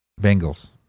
Bengals